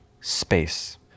space